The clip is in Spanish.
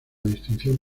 distinción